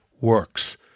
works